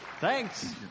Thanks